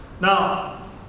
Now